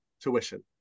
tuition